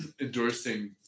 endorsing